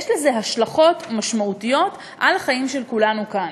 יש לזה השלכות משמעותיות על החיים של כולנו כאן.